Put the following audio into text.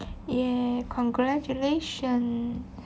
ya congratulation